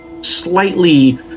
slightly